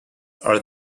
are